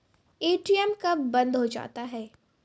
ATM कब बंद हो जाता हैं?